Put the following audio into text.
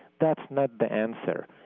that's not the answer.